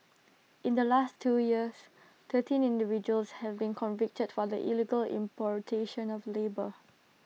in the last two years thirteen individuals have been convicted for the illegal importation of labour